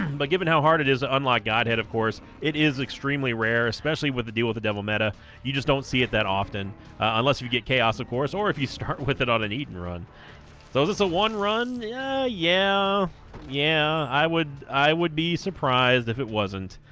but given how hard it is to unlock godhead of course it is extremely rare especially with the deal with the devil meta you just don't see it that often unless you get chaos of course or if you start with it on an eton run so this a one run yeah yeah yeah i would i would be surprised if it wasn't